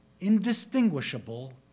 indistinguishable